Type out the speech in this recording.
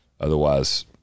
Otherwise